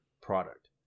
product